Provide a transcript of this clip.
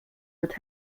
would